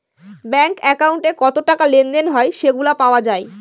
bank একাউন্টে কত টাকা লেনদেন হয় সেগুলা পাওয়া যায়